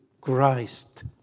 Christ